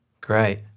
great